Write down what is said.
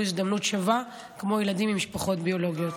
הזדמנות שווה כמו ילדים ממשפחות ביולוגיות.